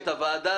את הוועדה